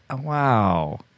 Wow